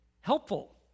helpful